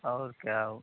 और क्या वह